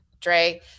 Dre